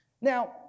Now